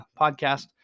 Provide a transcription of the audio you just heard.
podcast